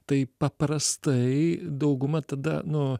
tai paprastai dauguma tada nu